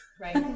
Right